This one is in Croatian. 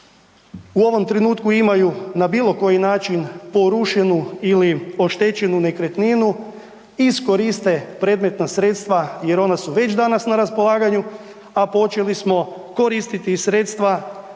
u ovom trenutku imaju na bilo koji način porušenu ili oštećenu nekretninu iskoriste predmetna sredstva jer ona su već danas na raspolaganju, a počeli smo koristiti i sredstva